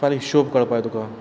नाल्या हिशोब कळपा जाय तुका